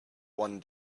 one